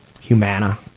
Humana